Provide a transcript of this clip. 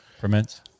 permits